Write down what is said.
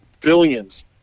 billions